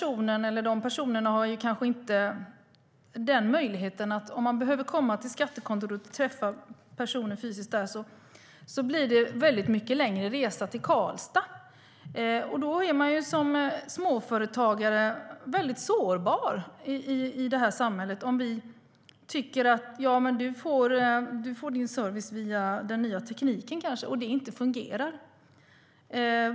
Om dessa personer behöver komma till skattekontoret och träffa personer fysiskt där kanske de inte har möjlighet att åka till Karlstad eftersom det blir en mycket längre resa. Småföretagare är mycket sårbara i detta samhälle om vi anser att de kan få sin service via den nya tekniken och om det inte fungerar.